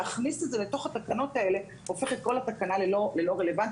להכניס את זה לתוך התקנות האלה הופך את כל התקנה ללא רלוונטית,